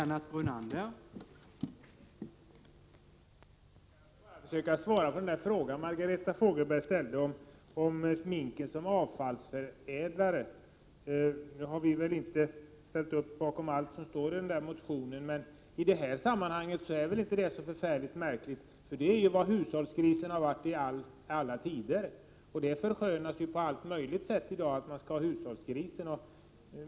Herr talman! Jag skall försöka svara på Margareta Fogelbergs fråga om minken som avfallsförädlare. Jag vill då framhålla att vi inte ställer oss bakom allt som står i den aktuella motionen. I och för sig är detta med minken inte särskilt märkligt. Hushållsgrisen har ju i alla tider varit en avfallsförädlare. I dag försöker man på alla sätt att försköna detta med att ha en hushållsgris.